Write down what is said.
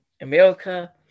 America